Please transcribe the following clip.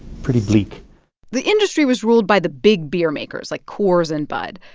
pretty bleak the industry was ruled by the big beer-makers like coors and bud.